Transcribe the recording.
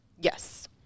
Yes